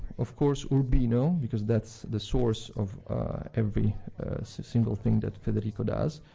of course, urbino, because that's the source of every single thing that federico does.